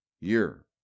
year